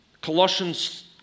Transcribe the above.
Colossians